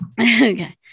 Okay